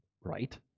Right